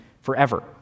forever